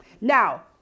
now